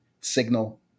Signal